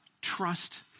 trust